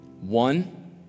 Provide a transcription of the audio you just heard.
One